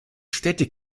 städte